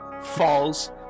falls